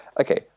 Okay